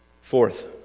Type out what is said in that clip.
Fourth